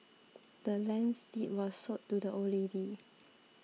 the land's deed was sold to the old lady